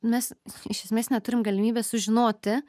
mes iš esmės neturim galimybės sužinoti